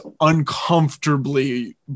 uncomfortably